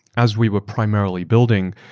as we were primarily building,